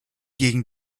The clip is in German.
gegen